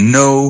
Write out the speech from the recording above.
no